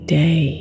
day